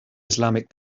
islamic